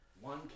One